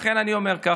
לכן אני אומר כך,